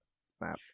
Snap